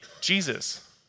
Jesus